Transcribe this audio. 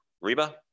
Reba